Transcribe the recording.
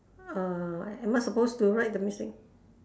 err am I supposed to write the missing